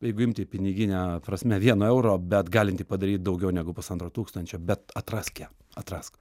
jeigu imti pinigine prasme vieno euro bet galinti padaryt daugiau negu pusantro tūkstančio bet atrask ją atrask